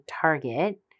Target